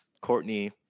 Courtney